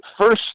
first